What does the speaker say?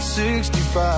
65